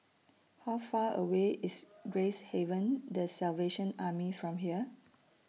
How Far away IS Gracehaven The Salvation Army from here